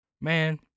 Man